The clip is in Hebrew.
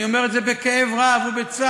אני אומר את זה בכאב רב ובצער,